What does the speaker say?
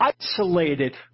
isolated